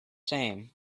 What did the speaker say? same